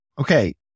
okay